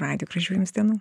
radiju gražių jums dienų